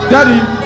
Daddy